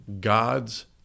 God's